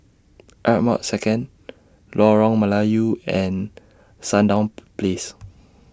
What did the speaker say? Ardmore Second Lorong Melayu and Sandown Place